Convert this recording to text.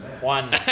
One